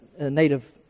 native